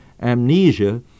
amnesia